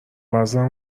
وزنم